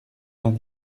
vingt